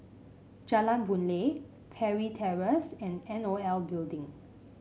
Jalan Boon Lay Parry Terrace and N O L Building